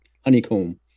Honeycomb